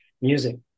music